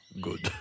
good